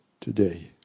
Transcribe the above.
today